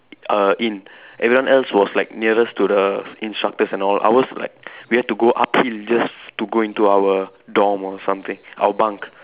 uh in everyone else was like nearest to the instructors and all ours like we had to go uphill just to go into our dorm or something our bunk